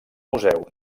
museu